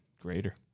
greater